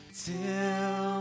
till